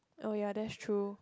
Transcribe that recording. oh ya that's true